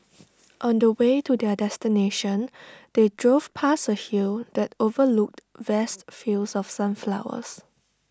on the way to their destination they drove past A hill that overlooked vast fields of sunflowers